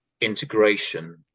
integration